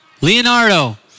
Leonardo